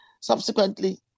subsequently